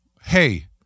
hey